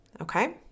okay